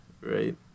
right